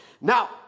Now